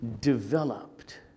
developed